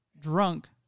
drunk